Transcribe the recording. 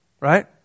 Right